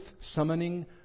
summoning